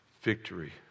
Victory